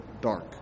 dark